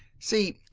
see,